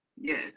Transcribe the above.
Yes